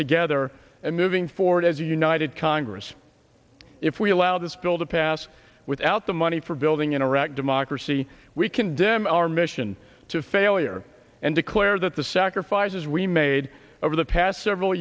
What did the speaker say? together and moving forward as a united congress if we allow this bill to pass without the money for building in iraq democracy we condemn our mission to failure and declare that the sacrifices we made over the past several